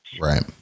Right